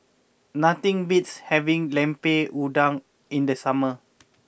nothing beats having Lemper Udang in the summer